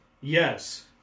Yes